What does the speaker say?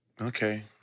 okay